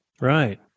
Right